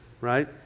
right